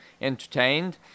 entertained